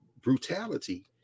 brutality